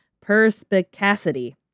Perspicacity